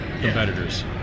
competitors